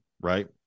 right